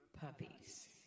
puppies